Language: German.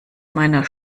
meiner